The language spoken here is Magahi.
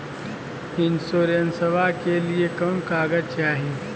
इंसोरेंसबा के लिए कौन कागज चाही?